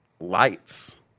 lights